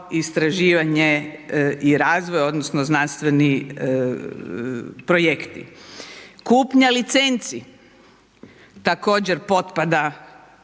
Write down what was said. istraživanje i razvoj odnosno znanstveni projekti. Kupnja licenci, također potpada